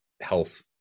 health